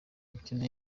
mukino